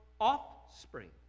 offspring